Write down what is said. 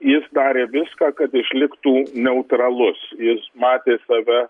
jis darė viską kad išliktų neutralus jis matė save